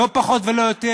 לא פחות ולא יותר,